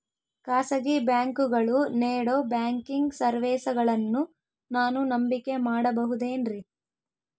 ಖಾಸಗಿ ಬ್ಯಾಂಕುಗಳು ನೇಡೋ ಬ್ಯಾಂಕಿಗ್ ಸರ್ವೇಸಗಳನ್ನು ನಾನು ನಂಬಿಕೆ ಮಾಡಬಹುದೇನ್ರಿ?